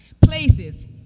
places